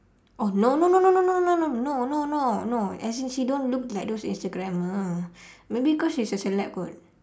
oh no no no no no no no no no as in she don't look like those instagrammer maybe cause she's a celeb kot